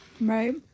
Right